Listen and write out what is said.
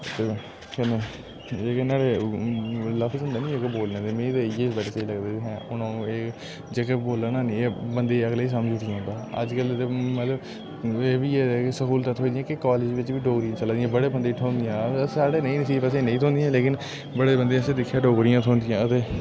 ते इन्ने दे लफ़्ज़ होंदे ना जेह्के बोलने दे मी ते इयां बड़े स्हेई लगदे न हून आ'ऊं एह् जेह्के बोला ना एह् बन्दे अगले समझ उठी औंदा अज्जकल ते मतलब एह् बी स्हूलतां थ्होई दियां कि कालेज बिच्च बी डोगरी चलै दियां बड़े बंदे गी थ्होंदियां अस स्हाड़े नेईं नसीब असेंगी नेईं थ्होंदियां लेकिन बड़े बंदे गी असें दिक्खेआ डोगरी थ्होंदियां ते